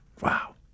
Wow